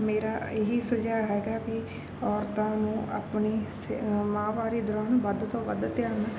ਮੇਰਾ ਇਹੀ ਸੁਝਾਅ ਹੈਗਾ ਵੀ ਔਰਤਾਂ ਨੂੰ ਆਪਣੀ ਸ ਮਾਹਵਾਰੀ ਦੌਰਾਨ ਵੱਧ ਤੋਂ ਵੱਧ ਧਿਆਨ